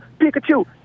Pikachu